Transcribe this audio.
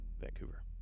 vancouver